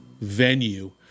venue